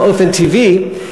באופן טבעי,